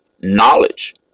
knowledge